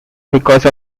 because